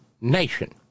nation